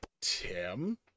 Tim